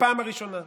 הפעם הראשונה.